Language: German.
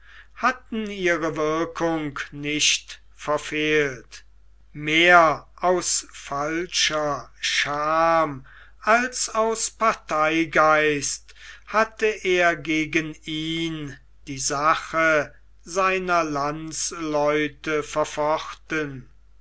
hatten ihre wirkung nicht verfehlt mehr aus falscher scham als aus parteigeist hatte er gegen ihn die sache seiner landsleute verfochten